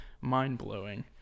mind-blowing